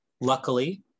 Luckily